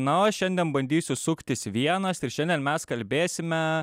na o šiandien bandysiu suktis vienas ir šiandien mes kalbėsime